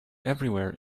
everywhere